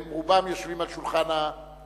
הם רובם יושבים לשולחן הממשלה.